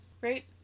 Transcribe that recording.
right